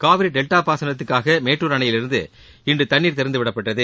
Kaveri delta பாசனத்துக்காக மேட்டூர் அணையிலிருந்து இன்று தண்ணீர் திறந்துவிடப்பட்டது